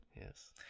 Yes